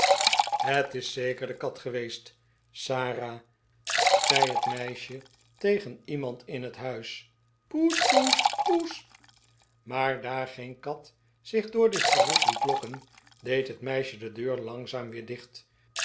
het is zeker de kat geweest sara zei het meisje tegen iemand in het huis poes poes poes maar daar geen kat zich door dit geroep liet lokken deed het meisje de deur langzaam weer dicht